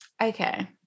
Okay